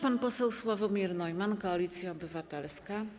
Pan poseł Sławomir Neumann, Koalicja Obywatelska.